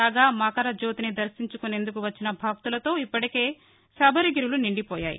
కాగా మకర జ్యోతిని దర్శించుకునేందుకు వచ్చిన భక్తులతో ఇప్పటికే శబరిగిరులు నిండిపోయాయి